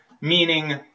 meaning